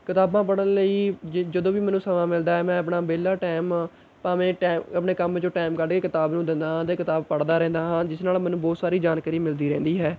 ਕਿਤਾਬਾਂ ਪੜ੍ਹਨ ਲਈ ਜ ਜਦੋਂ ਵੀ ਮੈਨੂੰ ਸਮਾਂ ਮਿਲਦਾ ਹੈ ਮੈਂ ਆਪਣਾ ਵਿਹਲਾ ਟੈਮ ਭਾਵੇਂ ਟੈਮ ਆਪਣੇ ਕੰਮ 'ਚੋਂ ਟੈਮ ਕੱਢ ਕੇ ਕਿਤਾਬ ਨੂੰ ਦਿੰਦਾ ਹਾਂ ਅਤੇ ਕਿਤਾਬ ਪੜ੍ਹਦਾ ਰਹਿੰਦਾ ਹਾਂ ਜਿਸ ਨਾਲ ਮੈਨੂੰ ਬਹੁਤ ਸਾਰੀ ਜਾਣਕਾਰੀ ਮਿਲਦੀ ਰਹਿੰਦੀ ਹੈ